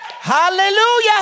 Hallelujah